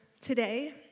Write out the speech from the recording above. today